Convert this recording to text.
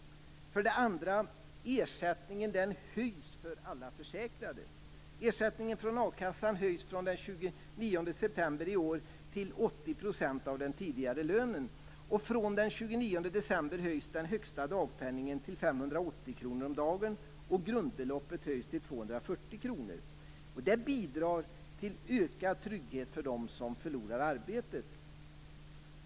För det andra höjs ersättningen för alla försäkrade. Ersättningen från a-kassan höjs från den 29 september i år till 80 % av den tidigare lönen. Från den 29 december höjs den högsta dagpenningen till 580 kr om dagen, och grundbeloppet höjs till 240 kr. Det bidrar till ökad trygghet för dem som förlorar arbetet.